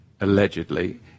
allegedly